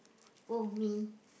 oh me